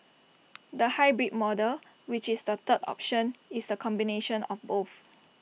the hybrid model which is the third option is A combination of both